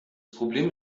problem